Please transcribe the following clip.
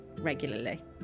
regularly